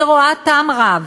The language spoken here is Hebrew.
אני רואה טעם רב